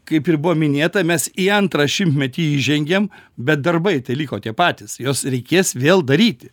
kaip ir buvo minėta mes į antrą šimtmetį įžengėm bet darbai tai liko tie patys juos reikės vėl daryti